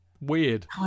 Weird